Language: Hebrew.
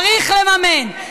צריך לממן.